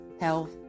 health